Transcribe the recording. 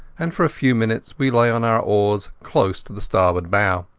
and for a few minutes we lay on our oars close to the starboard bow.